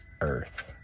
earth